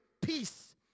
peace